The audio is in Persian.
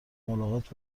ملاقات